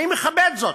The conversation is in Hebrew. אני מכבד זאת,